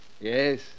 Yes